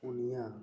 ᱯᱚᱱᱭᱟ